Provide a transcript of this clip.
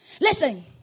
Listen